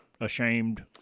ashamed